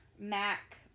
MAC